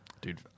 Dude